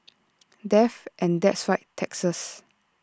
death and that's right taxes